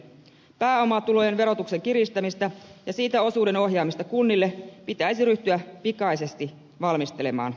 pääomatulojen verotuksen kiristämistä ja siitä osuuden ohjaamista kunnille pitäisi ryhtyä pikaisesti valmistelemaan